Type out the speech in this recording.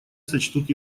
сочтут